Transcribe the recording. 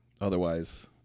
otherwise